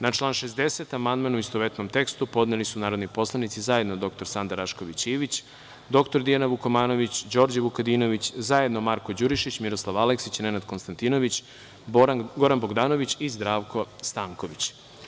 Na član 60. amandmane u istovetnom tekstu, podneli su narodni poslanici zajedno dr Sanda Rašković Ivić, dr Dijana Vukomanović i Đorđe Vukadinović i zajedno narodni poslanici Marko Đurišić, Miroslav Aleksić, Nenad Konstantinović, Goran Bogdanović i Zdravko Stanković.